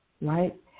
right